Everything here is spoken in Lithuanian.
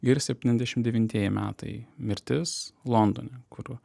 ir septyniasdešim devintieji metai mirtis londone kur